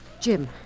Jim